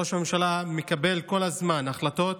ראש הממשלה מקבל כל הזמן החלטות